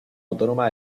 autónoma